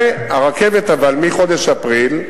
והרכבת תבצע נסיעות מחודש אפריל,